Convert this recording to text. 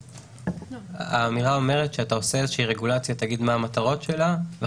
נאמר שכאשר אתה עושה איזו רגולציה תגיד מה המטרות שלה או